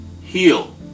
heal